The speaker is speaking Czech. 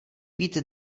být